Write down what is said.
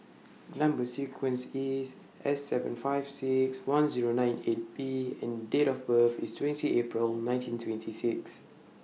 Number sequence IS S seven five six one Zero nine eight B and Date of birth IS twentieth April nineteen twenty six